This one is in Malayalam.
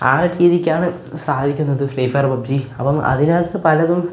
ആ ഒരു രീതിക്കാണ് സാധിക്കുന്നത് ഫ്രീ ഫയർ പബ്ജി അപ്പം അതിനകത്ത് പലതും